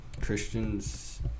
Christians